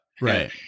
right